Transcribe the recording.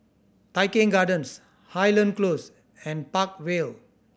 Tai Keng Gardens Highland Close and Park Vale